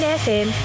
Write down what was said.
fm